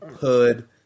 hood